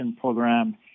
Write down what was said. program